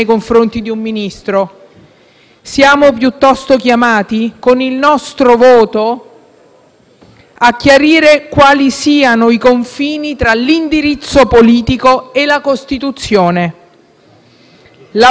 a chiarire quali siano i confini tra l'indirizzo politico e la Costituzione. La posta in gioco, dunque, è molto più alta della sorte di un singolo uomo ed è molto più alta